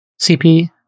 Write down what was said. CP